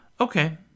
Okay